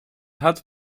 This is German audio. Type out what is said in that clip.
hat